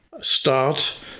start